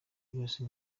byose